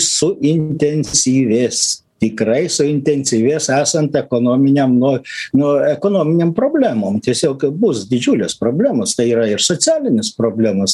suintensyvės tikrai suintensyvės esant ekonominiam nu nu ekonominėm problemom tiesiog bus didžiulės problemos tai yra ir socialinės problemos